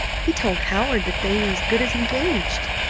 he told howard that they were as good as engaged.